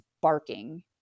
barking